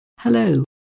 Hello